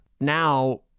now